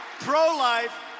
pro-life